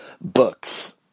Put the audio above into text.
books